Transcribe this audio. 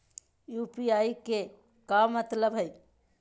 UPI के का मतलब हई?